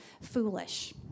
foolish